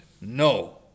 No